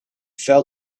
fell